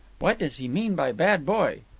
what does he mean by bad boy?